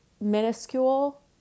minuscule